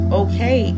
okay